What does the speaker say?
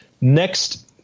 next